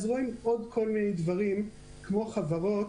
אז רואים עוד כל מיני דברים כמו חברות